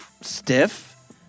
stiff